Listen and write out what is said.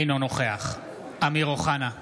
אינו נוכח אמיר אוחנה,